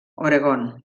oregon